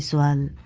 so run